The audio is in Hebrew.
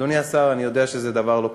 אדוני השר, אני יודע שזה דבר לא פשוט,